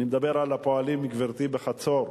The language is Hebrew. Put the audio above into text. אני מדבר על הפועלים, גברתי, בחצור,